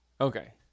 Okay